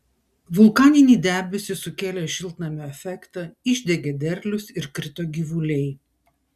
vulkaniniai debesys sukėlė šiltnamio efektą išdegė derlius ir krito gyvuliai